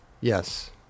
Yes